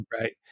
Right